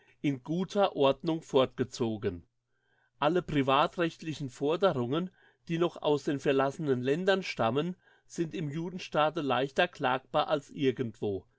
in guter ordnung fortgezogen alle privatrechtlichen forderungen die noch aus den verlassenen ländern stammen sind im judenstaate leichter klagbar als irgendwo